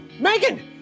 megan